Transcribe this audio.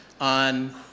on